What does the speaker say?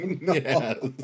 yes